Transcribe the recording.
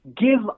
Give